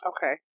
Okay